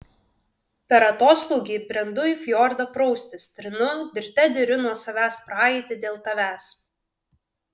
per atoslūgį brendu į fjordą praustis trinu dirte diriu nuo savęs praeitį dėl tavęs